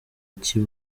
cy’i